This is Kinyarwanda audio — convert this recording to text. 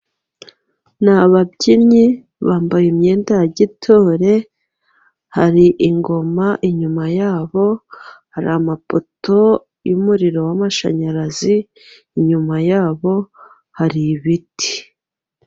Ni ababyinnyi bambaye imyenda ya gitore, hari ingoma inyuma yabo, hari amapoto y'umuriro w'amashanyarazi inyuma yabo hari ibiti.